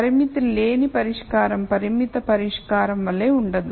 పరిమితి లేని పరిష్కారం పరిమిత పరిష్కారం వలె ఉండదు